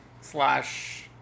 slash